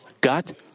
God